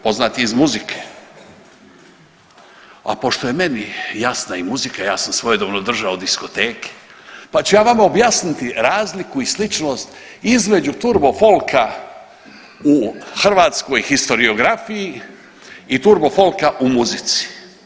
Poznat je iz muzike, a pošto je meni jasna i muzika ja sam svojedobno držao diskoteke, pa ću ja vama objasniti razliku i sličnost između turbo folka u hrvatskoj historiografiji i turbo folka u muzici.